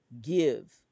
give